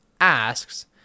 asks